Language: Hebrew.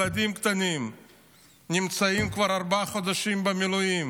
ילדים קטנים נמצאים כבר ארבעה חודשים במילואים,